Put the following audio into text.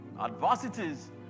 Adversities